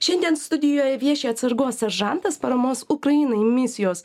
šiandien studijoje vieši atsargos seržantas paramos ukrainai misijos